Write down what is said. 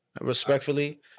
Respectfully